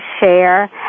share